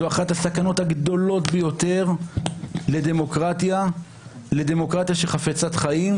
זו אחת הסכנות הגדולות ביותר לדמוקרטיה חפצת חיים,